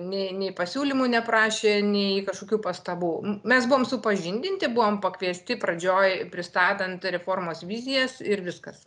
nei nei pasiūlymų neprašė nei kažkokių pastabų mes buvom supažindinti buvom pakviesti pradžioj pristatant reformos vizijas ir viskas